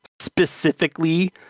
specifically